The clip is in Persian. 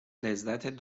لذت